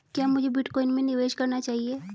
क्या मुझे बिटकॉइन में निवेश करना चाहिए?